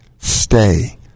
Stay